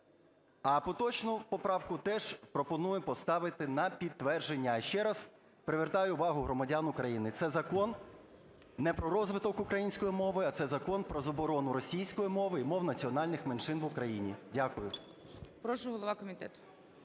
А поточну поправку теж пропоную поставити на підтвердження. Ще раз привертаю увагу громадян України: це Закон не про розвиток української мови, а це закон про заборону російської мови і мов національних меншин в Україні. Дякую. ГОЛОВУЮЧИЙ. Прошу, голова комітету.